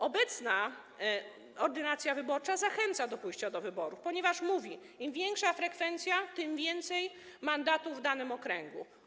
Obecna ordynacja wyborcza zachęca do pójścia na wybory, ponieważ mówi: im wyższa frekwencja, tym więcej mandatów w danym okręgu.